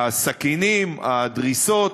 הסכינים, הדריסות,